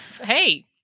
hey